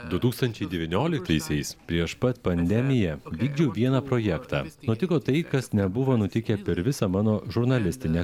du tūkstančiai devynioliktaisiais prieš pat pandemiją vykdžiau vieną projektą nutiko tai kas nebuvo nutikę per visą mano žurnalistinę